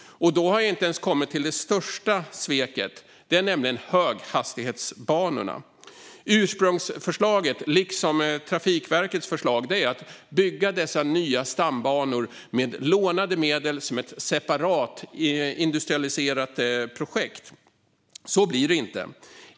Då har jag inte ens kommit till det största sveket, nämligen höghastighetsbanorna. Ursprungsförslaget liksom Trafikverkets förslag är att bygga dessa nya stambanor med lånade medel som ett separat industrialiserat projekt. Så blir det inte.